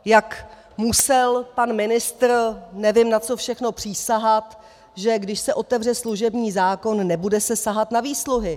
Jak musel pan ministr nevím na co všechno přísahat, že když se otevře služební zákon, nebude se sahat na výsluhy.